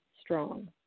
strong